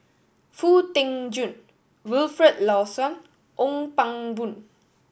Foo Tee Jun Wilfed Lawson Ong Pang Boon